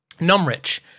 Numrich